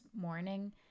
morning